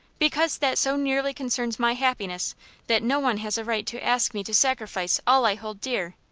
because that so nearly concerns my happiness that no one has a right to ask me to sacrifice all i hold dear.